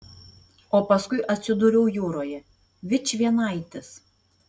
o paskui atsidūriau jūroje vičvienaitis